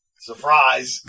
Surprise